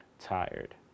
tired